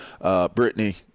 Britney